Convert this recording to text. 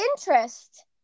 interest